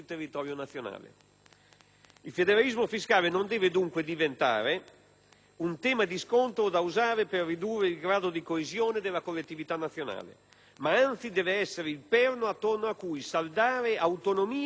Il federalismo fiscale non deve dunque diventare un tema di scontro da usare per ridurre il grado di coesione della collettività nazionale, ma anzi deve essere il perno attorno a cui saldare autonomia e solidarietà,